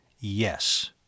Yes